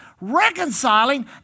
reconciling